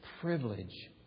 privilege